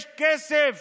יש כסף